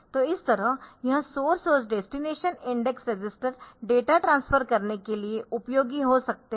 तो इस तरह यह सोर्स और destination index register data transfer करने के लिए उपयोगी हो सकते है